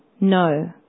no